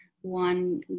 One